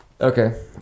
Okay